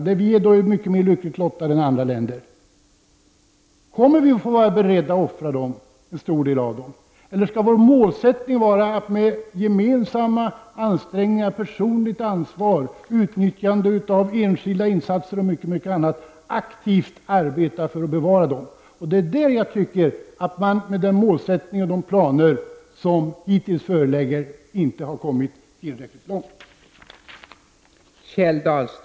Visserligen är Sverige mycket mera lyckligt lottade än andra. Kommer vi alltså att bli tvungna att vara beredda att offra en stor del av våra kulturminnen? Eller skall målsättningen vara att vi med gemensamma ansträngningar, med ett personligt ansvar, genom utnyttjande av enskilda insatser osv. aktivt arbetar för ett bevarande av våra kulturminnen? Med tanke på den målsättning som finns och de planer som hittills har gällt tycker jag att vi inte har kommit tillräckligt långt.